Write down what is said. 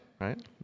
right